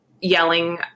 Yelling